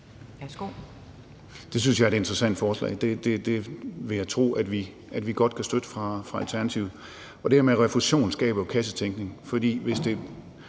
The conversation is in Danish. Det synes jeg er et interessant forslag. Det vil jeg tro at vi godt kan støtte fra Alternativets side. Det her med refusion skaber jo kassetænkning,